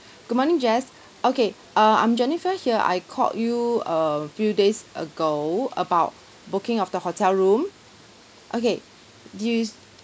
good morning jess okay uh I'm jennifer here I called you a few days ago about booking of the hotel room okay do you